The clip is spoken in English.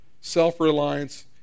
self-reliance